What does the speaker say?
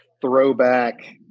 throwback